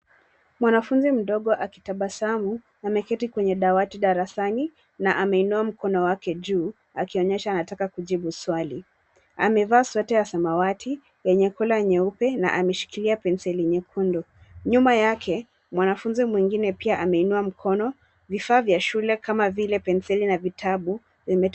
Mwanafunzi mdogo akitabasamu, ameketi kwenye dawati darasani na ameinua mkono wake juu akionyesha anataka kujibu swali. Amevaa sweta ya samawati yenye kola nyeupe na ameshikilia penseli nyekundu. Nyuma yake, mwanafunzi mwingine pia ameinua mkono. Vifaa vya shule kama vile penseli na vitabu vime.